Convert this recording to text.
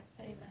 Amen